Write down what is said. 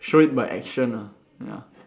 show it by action ah ya